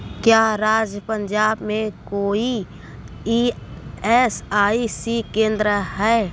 क्या राज्य पंजाब में कोई ई एस आई सी केंद्र है